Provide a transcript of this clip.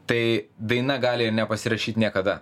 tai daina gali ir nepasirašyt niekada